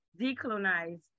decolonize